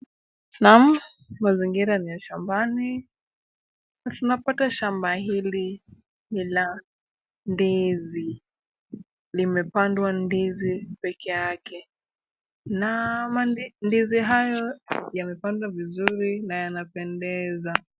Naam! Mazingira ni ya shambani na tunapata shamba hili ni la ndizi ,limepandwa ndizi pekeyake na mandizi hayo yamepandwa vizuri na yanapendeza.